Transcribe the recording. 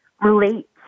relate